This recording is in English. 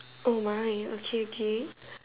oh my okay okay